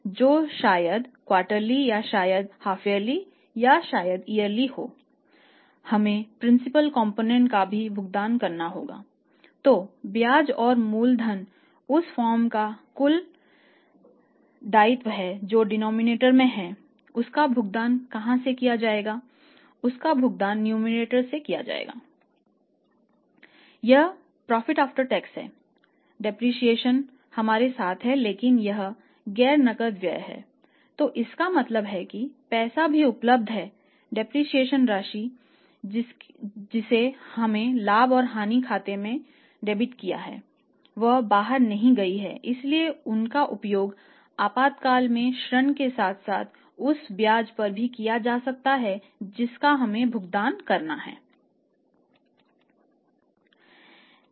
यह अल्पकालिक ऋण से किया जाएगा